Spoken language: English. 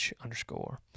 underscore